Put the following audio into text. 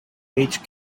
each